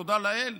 תודה לאל,